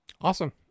Awesome